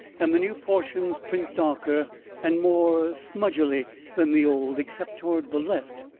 and the new portions print darker and more smudgily than the old, except toward the left,